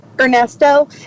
Ernesto